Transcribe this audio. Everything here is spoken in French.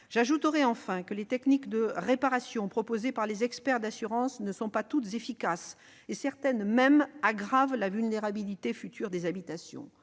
J'ajouterai que les techniques de réparation proposées par les experts d'assurance ne sont pas toutes efficaces ; certaines aggravent même la vulnérabilité future des habitations